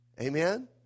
Amen